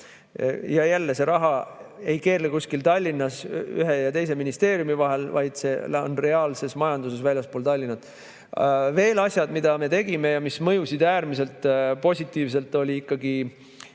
Ja jälle ei keerle see raha kuskil Tallinnas ühe ja teise ministeeriumi vahel, vaid ta on reaalses majanduses väljaspool Tallinna. Veel, mida me tegime ja mis mõjus äärmiselt positiivselt: andsin